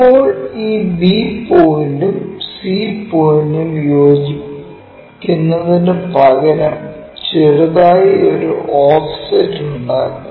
ഇപ്പോൾ ഈ b പോയിന്റും c പോയിന്റും യോജിക്കുന്നതിനുപകരം ചെറുതായി ഒരു ഓഫ്സെറ്റ് ഉണ്ടാക്കുക